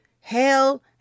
hell